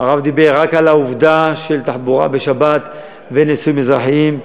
של תחבורה בשבת ונישואים אזרחיים,